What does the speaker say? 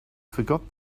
forget